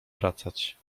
wracać